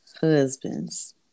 Husbands